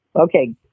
okay